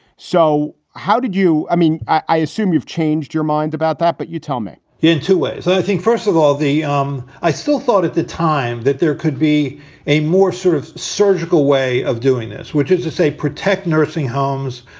so how did you i mean, i assume you've changed your mind about that, but you tell me in two ways i think, first of all, the um i still thought at the time that there could be a more sort of surgical way of doing this, which is to say protect nursing homes.